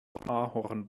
ahorn